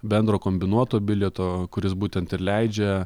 bendro kombinuoto bilieto kuris būtent ir leidžia